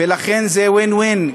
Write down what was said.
ולכן זה win-win,